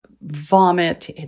vomit